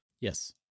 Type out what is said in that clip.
Yes